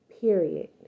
period